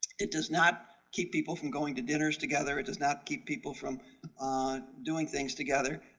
it does not keep people from going to dinners together, it does not keep people from doing things together,